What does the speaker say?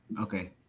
Okay